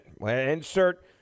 Insert